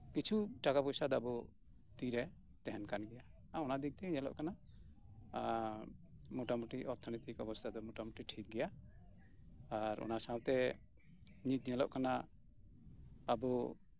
ᱠᱤᱪᱷᱩ ᱴᱟᱠᱟ ᱯᱚᱭᱥᱟ ᱫᱚ ᱟᱵᱚ ᱛᱤᱨᱮ ᱛᱟᱦᱮᱸᱱ ᱠᱟᱱ ᱜᱮᱭᱟ ᱟᱨ ᱚᱱᱟ ᱫᱤᱠ ᱛᱮ ᱧᱮᱞᱚᱜ ᱠᱟᱱᱟ ᱢᱚᱴᱟ ᱢᱩᱴᱤ ᱚᱨᱛᱷᱚᱱᱚᱭᱛᱤᱠ ᱚᱵᱚᱥᱛᱷᱟ ᱫᱚ ᱢᱚᱴᱟᱢᱩᱴᱤ ᱴᱷᱤᱠ ᱜᱮᱭᱟ ᱟᱨ ᱚᱱᱟ ᱥᱟᱶᱛᱮ ᱱᱤᱛ ᱧᱮᱞᱚᱜ ᱠᱟᱱᱟ ᱟᱵᱚ